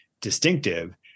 distinctive